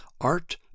art